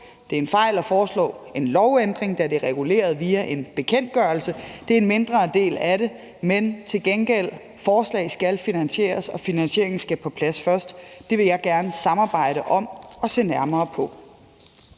Det er en fejl at foreslå en lovændring, da det er reguleret via en bekendtgørelse. Det er en mindre del af det. Men til gengæld skal forslag finansieres, og finansieringen skal på plads først. Det vil jeg gerne samarbejde om og se nærmere på.